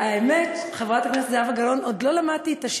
את זכות הדיבור,